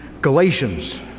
Galatians